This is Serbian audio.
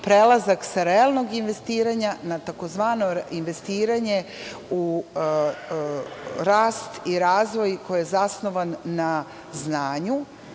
prelazak sa realnog investiranja na tzv. investiranje u rast i razvoj koji je zasnovan na znanju,